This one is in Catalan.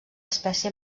espècie